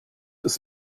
ist